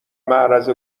معرض